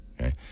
Okay